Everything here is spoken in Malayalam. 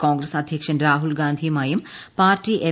കോൺഗ്രസ് അധ്യക്ഷൻ രാഹുൽഗാന്ധിയുമായും പാർട്ടി എം